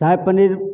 शाही paneer